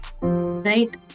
right